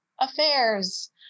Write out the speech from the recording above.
affairs